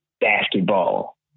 basketball